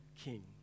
King